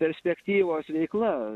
perspektyvos veikla